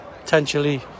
potentially